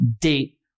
date